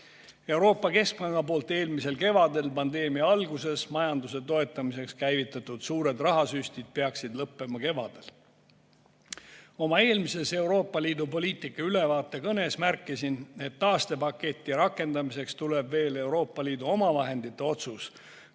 Euroopa Keskpanga poolt eelmisel kevadel pandeemia alguses majanduse toetamiseks käivitatud suured rahasüstid peaksid lõppema kevadel. Oma eelmises Euroopa Liidu poliitika ülevaate kõnes märkisin, et taastepaketi rakendamiseks tuleb veel Euroopa Liidu omavahendite otsus